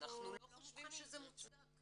ואנחנו לא חושבים שזה מוצדק,